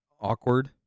awkward